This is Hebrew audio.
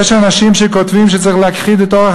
יש אנשים שכותבים שצריך להכחיד את אורח